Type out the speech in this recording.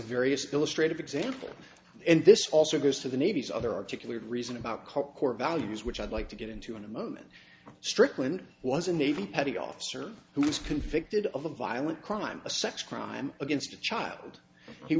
various illustrated example and this also goes to the navy's other articulated reason about core values which i'd like to get into in a moment strickland was a navy petty officer who was convicted of a violent crime a sex crime against a child